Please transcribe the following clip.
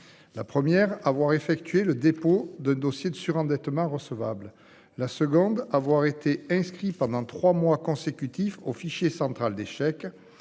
La première, avoir effectué le dépôt de dossier de surendettement recevable la seconde avoir été inscrit pendant 3 mois consécutifs au fichier central des chèques